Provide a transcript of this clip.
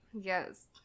Yes